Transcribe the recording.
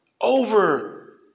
over